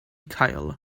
cael